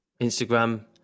Instagram